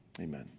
Amen